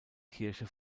kirche